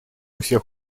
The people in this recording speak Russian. всех